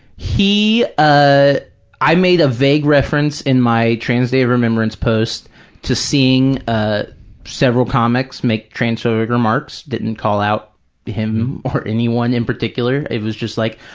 he, ah i made a vague reference in my trans day of remembrance post to seeing ah several comics make transphobic remarks, didn't call out him or anyone in particular. it was just like,